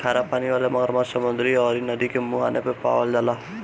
खरा पानी वाला मगरमच्छ समुंदर अउरी नदी के मुहाने पे पावल जाला